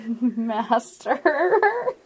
Master